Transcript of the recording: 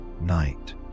night